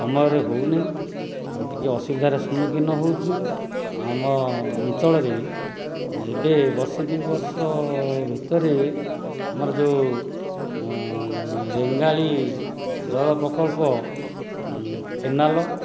ସମୟରେ ହେଉନି ଆଉ ଟିକେ ଅସୁବିଧାର ସମ୍ମୁଖିନ୍ ହେଉଛୁ ଆମ ଅଞ୍ଚଳରେ ଏବେ ବର୍ଷେ ଦୁଇ ବର୍ଷ ଭିତରେ ଆମର ଯେଉଁ ରେଙ୍ଗାଳି ଜଳ ପ୍ରକଳ୍ପ କେନାଲ